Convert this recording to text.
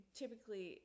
typically